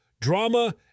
drama